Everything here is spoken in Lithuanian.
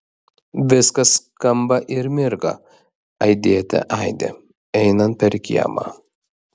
viskas skamba ir mirga aidėte aidi einant per kiemą